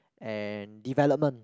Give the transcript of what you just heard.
and development